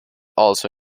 also